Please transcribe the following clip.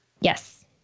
Yes